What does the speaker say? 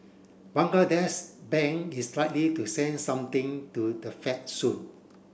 Bangladesh Bank is likely to send something to the Fed soon